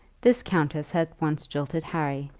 this countess had once jilted harry,